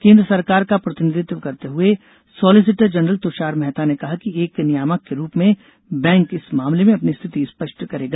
केंद्र सरकार का प्रतिनिधित्व करते हुए सॉलिसिटर जनरल तुषार मेहता ने कहा कि एक नियामक के रूप में बैंक इस मामले में अपनी स्थिति स्पष्ट करेगा